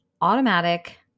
automatic